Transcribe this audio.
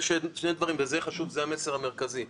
וזה חשוב, זה המסר המרכזי.